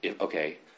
Okay